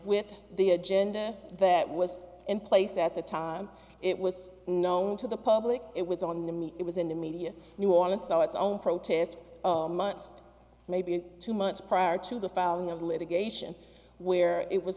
with the agenda that was in place at the time it was known to the public it was on the meat it was in the media new orleans saw its own protest months maybe two months prior to the filing of the litigation where it was